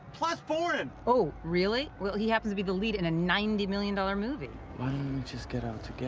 plus foreign! oh, really. well, he happens to be the lead in a ninety million dollar movie. why don't we just get out together?